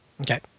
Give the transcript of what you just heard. Okay